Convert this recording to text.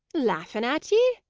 laughing at ye!